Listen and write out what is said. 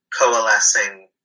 coalescing